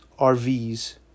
RVs